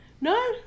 No